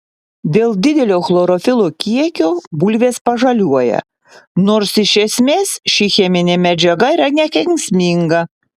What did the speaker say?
dėl didelio chlorofilo kiekio bulvės pažaliuoja nors iš esmės ši cheminė medžiaga yra nekenksminga